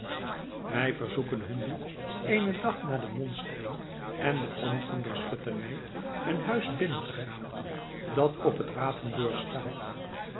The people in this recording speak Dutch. we verzoeken hun nu eenen dag na de monstering en den omgang der schutterij een huis binnen te gaan dat op het rapenburg staat